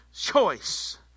choice